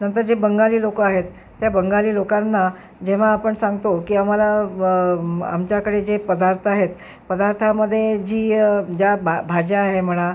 नंतर जे बंगाली लोकं आहेत त्या बंगाली लोकांना जेव्हा आपण सांगतो की आम्हाला आमच्याकडे जे पदार्थ आहेत पदार्थामधे जी ज्या भा भाज्या आहे म्हणा